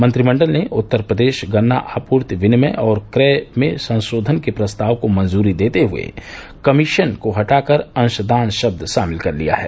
मंत्रिमंडल ने उत्तर प्रदेश गन्ना आपूर्ति विनिमय और क्रय में संशोधन के प्रस्ताव को मंजूरी देते हुए कमीशन को हटाकर अंश दान शब्द शामिल कर लिया गया है